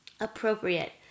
appropriate